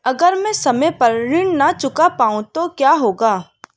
अगर म ैं समय पर ऋण न चुका पाउँ तो क्या होगा?